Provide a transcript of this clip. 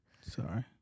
Sorry